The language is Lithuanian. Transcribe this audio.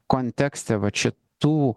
kontekste vat šitų